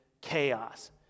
chaos